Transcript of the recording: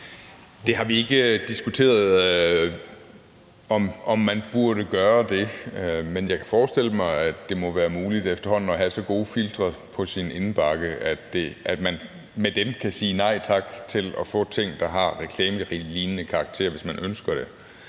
Det har vi ikke diskuteret, altså om man burde gøre det. Men jeg kan forestille mig, at det må være muligt efterhånden at have så gode filtre på sin indbakke, at man med dem kan sige nej tak til at få ting, der har reklamelignende karakter, hvis man ønsker det,